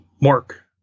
Mark